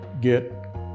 get